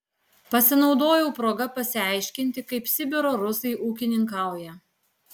pasinaudojau proga pasiaiškinti kaip sibiro rusai ūkininkauja